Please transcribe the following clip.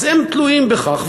אז הם תלויים בכך,